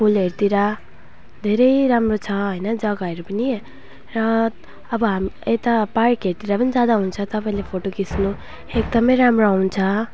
फुलहरूतिर धेरै राम्रो छ हैन जग्गाहरू पनि र अब हामी यता पार्कहरूतिर पनि जाँदा हुन्छ तपाईँले फोटो खिच्नु एकदमै राम्रो आउँछ